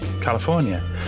California